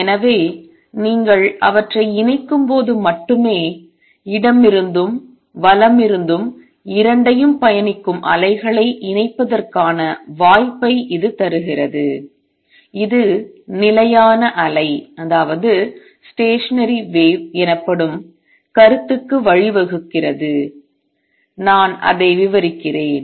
எனவே நீங்கள் அவற்றை இணைக்கும்போது மட்டுமே இடமிருந்தும் வலமிருந்தும் இரண்டையும் பயணிக்கும் அலைகளை இணைப்பதற்கான வாய்ப்பை இது தருகிறது இது நிலையான அலை எனப்படும் கருத்துக்கு வழிவகுக்கிறது நான் அதை விவரிக்கிறேன்